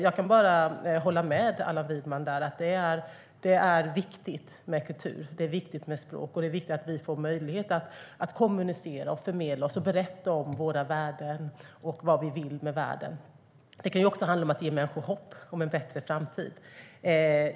Jag kan bara hålla med Allan Widman om att det är viktigt med kultur och språk och att vi får möjlighet att kommunicera, förmedla och berätta om våra värden och vad vi vill med världen. Det kan också handla om att ge människor hopp om en bättre framtid.